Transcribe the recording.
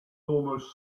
almost